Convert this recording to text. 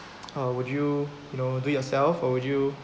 uh would you you know do yourself or would you